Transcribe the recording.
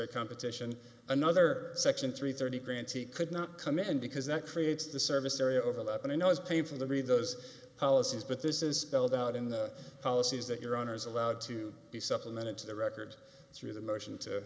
a competition another section three thirty grants he could not come in because that creates the service area over that and i know it's painful to read those policies but this is spelled out in the policies that your honour's allowed to be supplemented to the record through the motion to